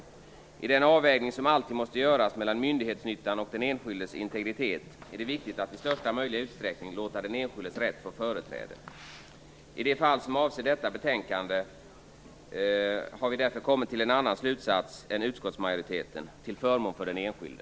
Vid den avvägning som alltid måste göras mellan myndighetsnyttan och den enskildes integritet är det viktigt att i största möjliga utsträckning låta den enskildes rätt få företräde. I det fall som avser detta betänkande har vi därför kommit till en annan slutsats än utskottsmajoriteten, till förmån för den enskilde.